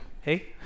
hey